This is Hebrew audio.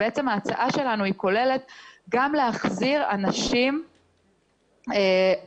ההצעה שלנו כוללת גם להחזיר אנשים לעבוד.